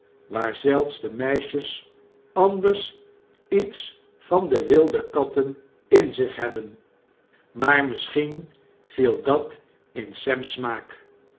waar zelfs de meisjes anders iets van de wilde katten in zich hebben maar misschien viel dat in